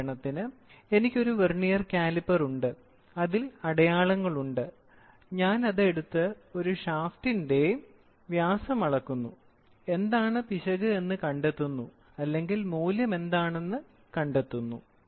ഉദാഹരണത്തിന് എനിക്ക് ഒരു വെർനിയർ കാലിപ്പർ ഉണ്ട് അതിൽ അടയാളങ്ങളുണ്ട് ഞാൻ അത് എടുത്ത് ഒരു ഷാഫ്റ്റിന്റെ വ്യാസം അളക്കുന്നു എന്താണ് പിശക് എന്ന് കണ്ടെത്തുന്നു അല്ലെങ്കിൽ മൂല്യം എന്താണെന്ന് കണ്ടെത്തുന്നു